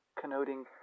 connoting